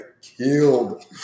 killed